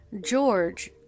George